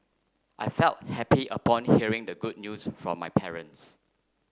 I felt happy upon hearing the good news from my parents